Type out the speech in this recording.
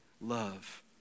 love